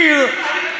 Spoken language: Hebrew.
אתה היית כאן?